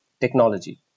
technology